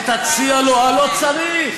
ותציע לו, אה, לא צריך.